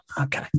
Okay